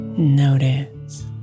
Notice